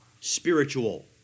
spiritual